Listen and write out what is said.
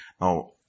Now